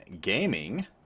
gaming